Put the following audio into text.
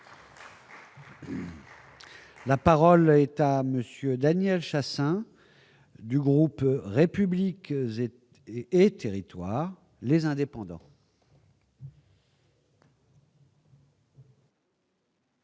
La parole est à Monsieur Daniel Chassain du groupe républiques et et Territoires les indépendants.